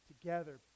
together